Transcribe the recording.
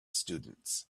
students